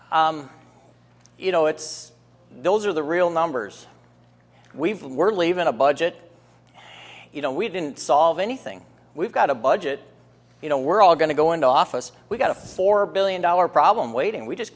but you know it's those are the real numbers we've we're leaving a budget you know we didn't solve anything we've got a budget you know we're all going to go into office we've got a four billion dollar problem waiting we just